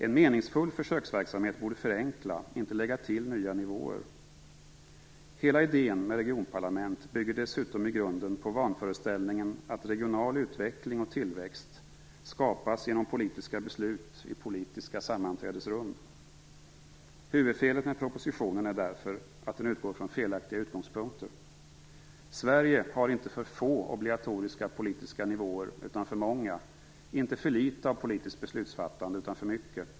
En meningsfull försöksverksamhet borde förenkla, inte lägga till, nya nivåer. Hela idén med regionparlament bygger dessutom i grunden på vanföreställningen att regional utveckling och tillväxt skapas genom politiska beslut i politiska sammanträdesrum. Huvudfelet med propositionen är därför att den utgår från felaktiga utgångspunkter. Sverige har inte för få obligatoriska politiska nivåer utan för många, inte för litet av politiskt beslutsfattande utan för mycket.